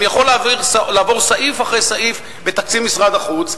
אני יכול לעבור סעיף אחרי סעיף בתקציב משרד החוץ,